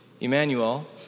Emmanuel